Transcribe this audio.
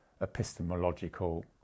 epistemological